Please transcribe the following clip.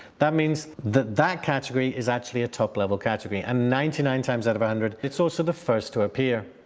that means that that category is actually a top level category and ninety nine times out of one hundred it's also the first to appear.